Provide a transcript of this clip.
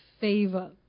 favor